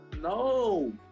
no